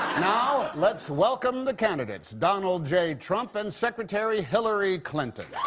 now let's welcome the candidates. donald j. trump and secretary hillary clinton.